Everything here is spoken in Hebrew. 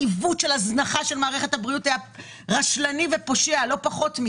עיוות והזנחה רשלנית ופושעת של מערכת הבריאות.